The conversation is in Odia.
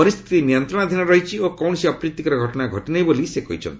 ପରିସ୍ଥିତି ନିୟନ୍ତ୍ରଣାଧୀନ ରହିଛି ଓ କୌଣସି ଅପ୍ରୀତିକର ଘଟଣା ଘଟିନାହଁ ବୋଲି ସେ କହିଛନ୍ତି